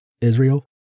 Israel